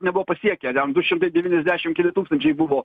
nebuvo pasiekę ten du šimtai devyniasdešim keli tūkstančiai buvo